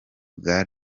bwa